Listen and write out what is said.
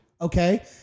Okay